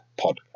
podcast